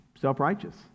Self-righteous